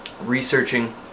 researching